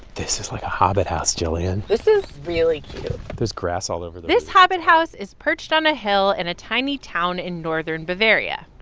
this is like a hobbit house, jillian this is really cute there's grass all over the. this hobbit house is perched on a hill in a tiny town in northern bavaria,